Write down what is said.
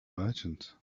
merchant